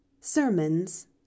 Sermons